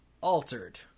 altered